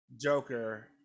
joker